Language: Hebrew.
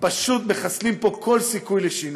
מחסלים פה כל סיכוי לשינוי.